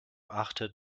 achtet